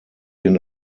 den